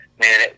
man